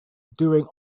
during